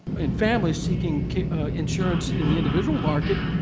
and families seeking insurance in the individual market,